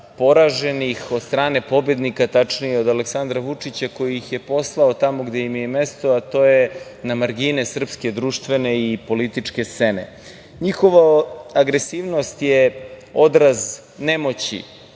poraženih od strane pobednika, tačnije od Aleksandra Vučića, koji ih je poslao tamo gde im je i mesto, a to je na margine srpske društvene i političke scene. Njihova agresivnost je odraz nemoći